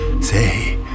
say